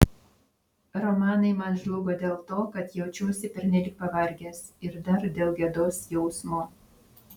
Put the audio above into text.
romanai man žlugo dėl to kad jaučiausi pernelyg pavargęs ir dar dėl gėdos jausmo